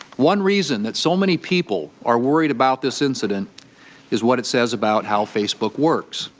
one reason that so many people are worried about this incident is what it says about how facebook works.